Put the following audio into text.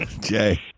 Jay